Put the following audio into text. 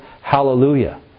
hallelujah